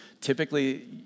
typically